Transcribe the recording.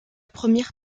première